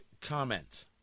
comment